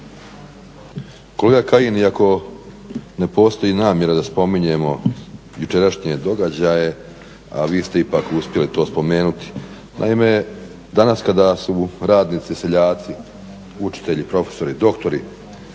Kolega Kajin, iako ne postoji namjera da spominjemo jučerašnje događaje, a vi ste ipak uspjeli to spomenuti. Naime kada su radnici, seljaci, učitelji, profesori, doktori